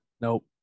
Nope